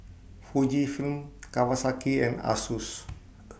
Fujifilm Kawasaki and Asus